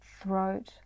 throat